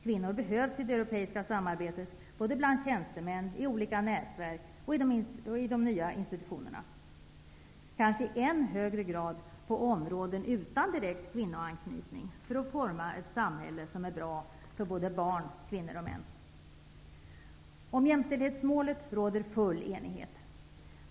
Kvinnor behövs i det europeiska samarbetet, bland tjänstemän, i olika nätverk, i de nya institutionerna och kanske i än högre grad på områden utan direkt kvinnoanknytning, för att forma ett samhälle som är bra för både barn, kvinnor och män. Om jämställdhetsmålet råder full enighet.